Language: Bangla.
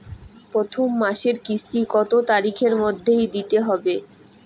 প্রথম মাসের কিস্তি কত তারিখের মধ্যেই দিতে হবে?